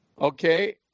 Okay